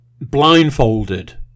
blindfolded